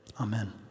Amen